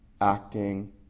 acting